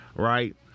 Right